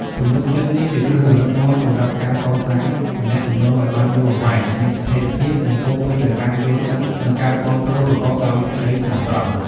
ទំនុកចិត្តនេះ ជាគ្រឹះដ៏រឹងមាំសម្រាប់ការកសាងទំនាក់ទំនងឲ្យបានយូរអង្វែង មានស្ថេរភាព និងពោរពេញដោយការយល់ដឹង និងការគាំទ្រប្រកបដោយសេចក្ដីស្មោះត្រង់។